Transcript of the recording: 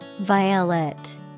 Violet